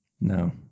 No